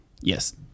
Yes